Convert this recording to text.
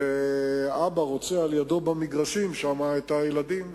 והאבא רוצה במגרשים על-ידו את הילדים,